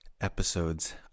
episodes